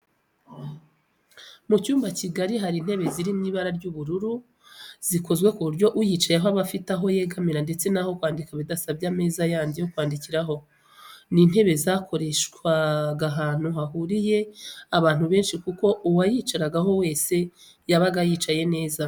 Mu cyumba kigari hari intebe ziri mu ibara ry'ubururu zikozwe ku buryo uyicayeho aba afite aho yegamira ndetse n'aho kwandikira bidasabye ameza yandi yo kwandikiraho. Ni intebe zakoreshwa ahantu hahuriye abantu benshi kuko uwayicaraho wese yaba yicaye neza